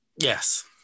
Yes